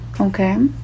Okay